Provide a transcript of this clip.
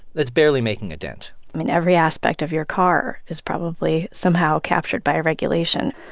that's barely making a dent i mean, every aspect of your car is probably somehow captured by a regulation.